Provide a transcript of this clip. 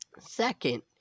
Second